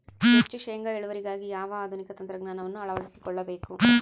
ಹೆಚ್ಚು ಶೇಂಗಾ ಇಳುವರಿಗಾಗಿ ಯಾವ ಆಧುನಿಕ ತಂತ್ರಜ್ಞಾನವನ್ನು ಅಳವಡಿಸಿಕೊಳ್ಳಬೇಕು?